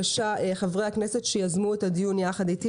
חברי הכנסת שיזמו את הדיון יחד איתי,